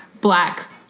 Black